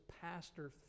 pastor